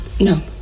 No